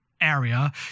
area